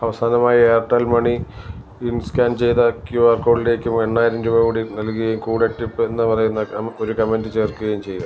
അവസാനമായി Airtel money in scan ചെയ്ത Q R കോഡിലേക്ക് എണ്ണായിരം രൂപ കൂടി നൽകയും കൂടെ ടിപ്പെന്ന് പറയുന്ന ഒരു കമൻ്റ് ചേർക്കുകയും ചെയ്യുക